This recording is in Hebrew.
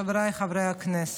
חבריי חברי הכנסת,